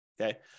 okay